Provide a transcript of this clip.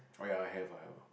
oh ya I have I have